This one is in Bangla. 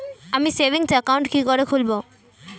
আমি সেভিংস অ্যাকাউন্ট কি করে খুলব?